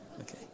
Okay